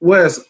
Wes